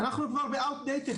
אנחנו כבר באאוט דייטד,